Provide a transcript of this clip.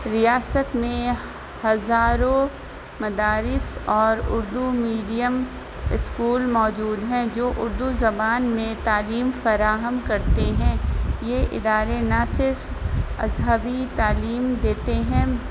ریاست میں ہزاروں مدارس اور اردو میڈیم اسکول موجود ہیں جو اردو زبان میں تعلیم فراہم کرتے ہیں یہ ادارے نہ صرف مذہبی تعلیم دیتے ہیں